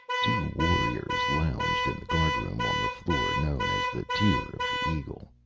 two warriors lounged in the guardroom on the floor known as the tier of the eagle.